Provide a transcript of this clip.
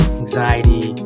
anxiety